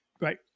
right